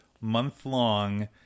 month-long